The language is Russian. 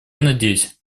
надеюсь